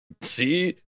see